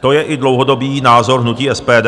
To je i dlouhodobý názor hnutí SPD,